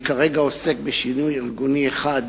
אני כרגע עוסק בשינוי ארגוני אחד